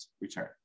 return